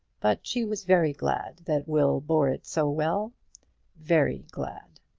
but she was very glad that will bore it so well very glad!